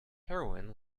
heroin